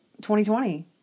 2020